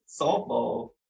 softball